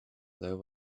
there